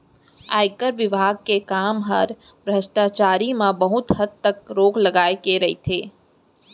आयकर विभाग के काम हर भस्टाचारी म बहुत हद तक रोक लगाए के रइथे